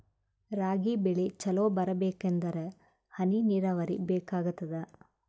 ರಾಗಿ ಬೆಳಿ ಚಲೋ ಬರಬೇಕಂದರ ಹನಿ ನೀರಾವರಿ ಬೇಕಾಗತದ?